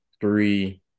three